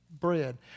bread